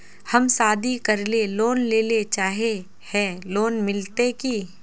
हम शादी करले लोन लेले चाहे है लोन मिलते की?